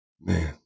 Man